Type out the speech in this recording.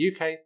UK